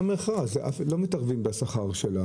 לא מתערבים בשכר.